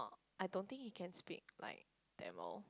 I don't think he can speak like Tamil